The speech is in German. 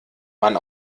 man